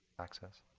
access.